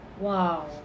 Wow